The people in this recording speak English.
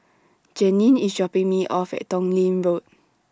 Janeen IS dropping Me off At Tong Lee Road